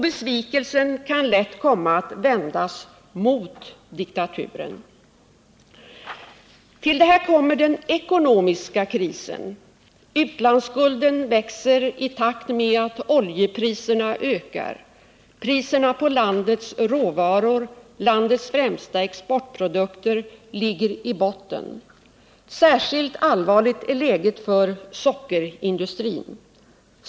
Besvikelsen kan lätt komma att vändas mot demokratin. Till detta kommer den ekonomiska krisen. Utlandsskulden växer i takt med att oljepriserna ökar. Priserna på landets råvaror, landets främsta exportprodukter, ligger i botten. Särskilt allvarligt är läget för sockerindustrin.